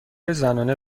زنانه